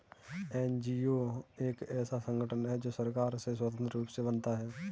NGO एक ऐसा संगठन है जो सरकार से स्वतंत्र रूप से बनता है